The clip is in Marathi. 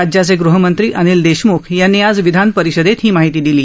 राज्याचे गृहमंत्री अनिल देशमूख यांनी आज विधानपरिषदेत ही माहिती दिली